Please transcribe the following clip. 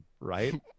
right